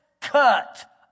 cut